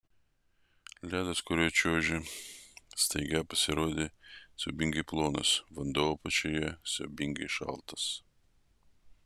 ledas kuriuo čiuožė staiga pasirodė siaubingai plonas vanduo apačioje siaubingai šaltas